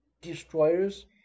destroyers